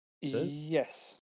Yes